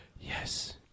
Yes